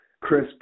Chris